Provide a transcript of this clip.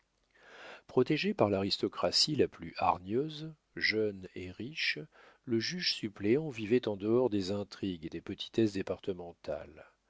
protégé par l'aristocratie la plus hargneuse jeune et riche le juge suppléant vivait en dehors des intrigues et des petitesses départementales